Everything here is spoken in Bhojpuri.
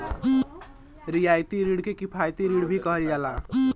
रियायती रिण के किफायती रिण भी कहल जाला